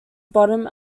bottom